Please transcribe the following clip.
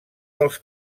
dels